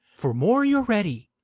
for more you're ready.